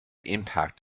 impact